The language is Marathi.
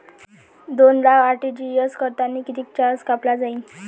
दोन लाख आर.टी.जी.एस करतांनी कितीक चार्ज कापला जाईन?